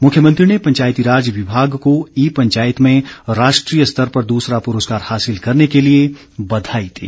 मुख्यमंत्री ने पंचायती राज विभाग को ई पंचायत में राष्ट्रीय स्तर पर दूसरा पुरस्कार हासिल करने के लिए बधाई दी